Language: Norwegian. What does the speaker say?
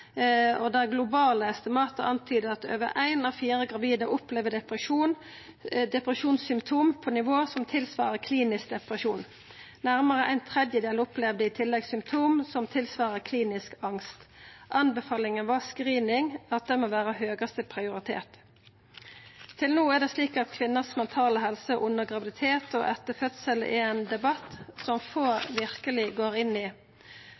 og det globale estimatet antydar at over ein av fire gravide opplever symptom på depresjon på eit nivå som svarar til klinisk depresjon. Nærmare ein tredjedel opplevde i tillegg symptom som svarar til klinisk angst. Anbefalinga var at screening må vera høgaste prioritet. Til no er det slik at kvinner si mentale helse under graviditet og etter fødsel er ein debatt som få verkeleg går inn i.